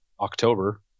October